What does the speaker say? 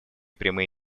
прямые